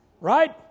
Right